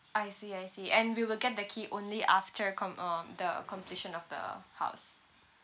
I see I see and we will get the key only after com~ um the completion of the house